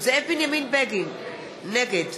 זאב בנימין בגין, נגד